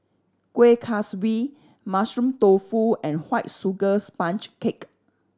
Kueh Kaswi Mushroom Tofu and White Sugar Sponge Cake